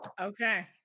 Okay